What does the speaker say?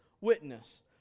witness